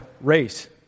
race